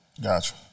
Gotcha